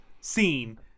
scene